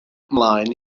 mlaen